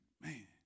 man